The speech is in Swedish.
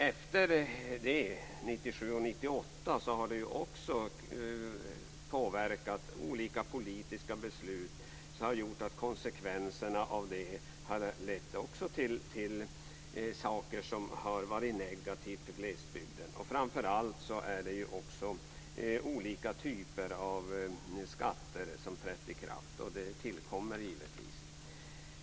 Under 1997 och 1998 har olika politiska beslut också lett till negativa konsekvenser för glesbygden. Framför allt handlar det om olika typer av skatter som har trätt i kraft.